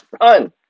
run